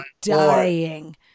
dying